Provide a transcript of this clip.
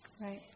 Right